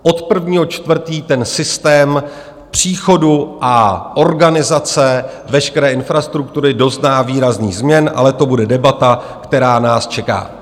Od 1. 4. ten systém příchodu a organizace veškeré infrastruktury dozná výrazných změn, ale to bude debata, která nás čeká.